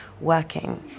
working